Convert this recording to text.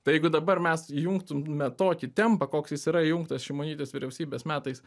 tai jeigu dabar mes įjungtume tokį tempą koks jis yra įjungtas šimonytės vyriausybės metais